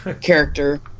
character